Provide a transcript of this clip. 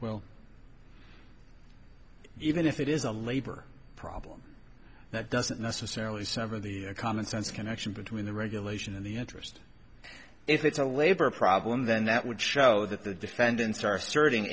well even if it is a labor problem that doesn't necessarily some of the commonsense connection between the regulation and the interest if it's a labor problem then that would show that the defendants are serving